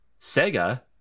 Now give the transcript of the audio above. Sega